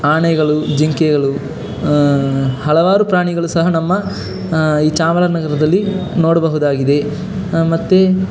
ಆನೆಗಳು ಜಿಂಕೆಗಳು ಹಲವಾರು ಪ್ರಾಣಿಗಳು ಸಹ ನಮ್ಮ ಈ ಚಾಮರಾಜನಗರದಲ್ಲಿ ನೋಡಬಹುದಾಗಿದೆ ಮತ್ತು